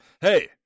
Hey